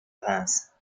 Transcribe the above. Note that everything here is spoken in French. reims